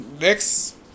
next